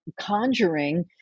conjuring